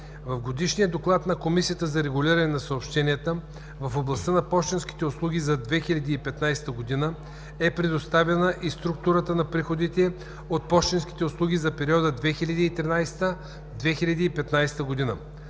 В Годишния доклад на Комисията за регулиране на съобщенията в областта на пощенските услуги за 2015 г. е представена и структурата на приходите от пощенски услуги за периода 2013 – 2015 г.